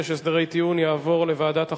66) (הסדרי טיעון), התשע"ב 2012, לוועדת החוקה,